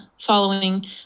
following